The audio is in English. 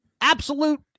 absolute